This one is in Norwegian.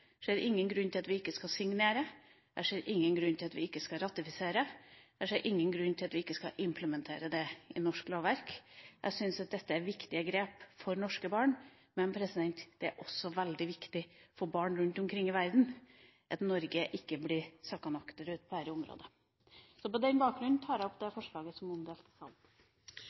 ser ingen grunn til at vi ikke skal signere, jeg ser ingen grunn til at vi ikke skal ratifisere, og jeg ser ingen grunn til at vi ikke skal implementere dette i norsk lovverk. Jeg syns at dette er viktige grep for norske barn, men det er også veldig viktig for barn rundt omkring i verden at Norge ikke sakker akterut på dette området. På den bakgrunnen tar jeg opp det forslaget som er omdelt i salen.